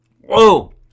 Whoa